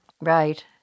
Right